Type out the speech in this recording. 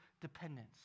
dependence